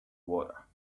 water